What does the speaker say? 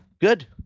good